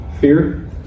Fear